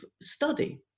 study